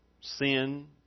Sin